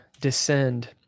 descend